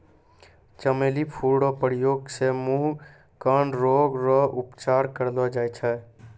चमेली फूल रो प्रयोग से मुँह, कान रोग रो उपचार करलो जाय छै